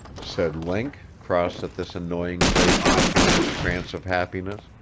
said link, cross at this annoying break-in upon his trance of happiness.